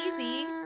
easy